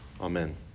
Amen